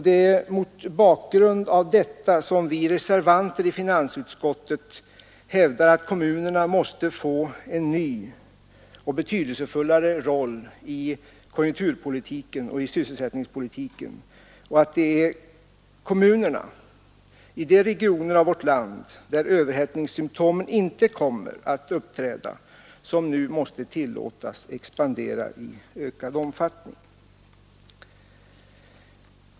Det är mot bakgrund av detta som vi reservanter i finansutskottet hävdar att kommunerna måste få en ny och mera betydelsefull roll i konjunkturoch sysselsättningspolitiken och att det är kommunerna i regioner av vårt land där överhettningssymtom inte kommer att uppträda som nu måste tillåtas expandera i ökad omfattning.